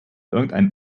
irgendein